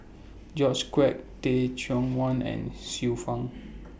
George Quek Teh Cheang Wan and Xiu Fang